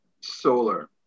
solar